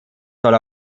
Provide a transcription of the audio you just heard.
soll